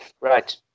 Right